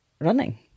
running